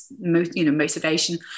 motivation